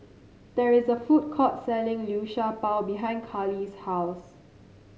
there is a food court selling Liu Sha Bao behind Karli's house